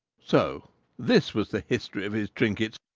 so this was the history of his trinkets!